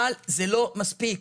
אבל זה לא מספיק.